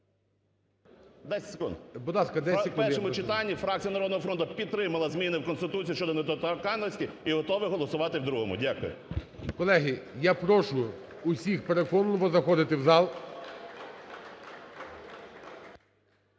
БУРБАК М.Ю. В першому читанні фракція "Народного фронту" підтримала зміни в Конституцію щодо недоторканності і готові голосувати в другому. Дякую. ГОЛОВУЮЧИЙ. Колеги, я прошу усіх, переконливо, заходити в зал.